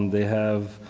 um they have